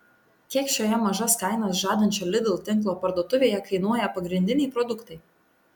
kiek šioje mažas kainas žadančio lidl tinklo parduotuvėje kainuoja pagrindiniai produktai